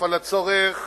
על הצורך